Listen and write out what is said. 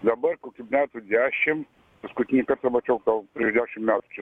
dabar kokių metų dešimt paskutinį kartą mačiau gal prieš dešimt metų